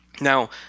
Now